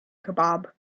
kebab